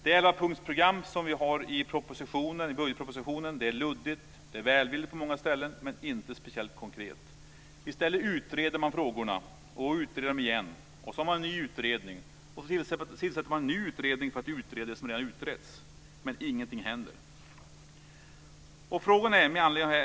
Det 11-punktsprogram som vi har i budgetpropositionen är luddigt. Det är välvilligt på många ställen men inte speciellt konkret. I stället utreder man frågorna och utreder dem igen. Så har man en ny utredning. Och så tillsätter man en ny utredning för att utreda det som redan har utretts. Men ingenting händer.